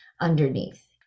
underneath